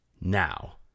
Now